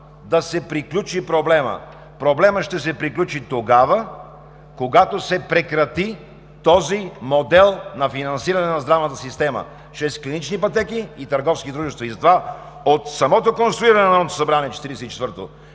да се приключи проблемът. Проблемът ще се приключи тогава, когато се прекрати този модел на финансиране на здравната система, чрез клинични пътеки и търговски дружества. Затова от самото конституиране на 44-ото Народно събрание БСП